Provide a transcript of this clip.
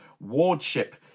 Wardship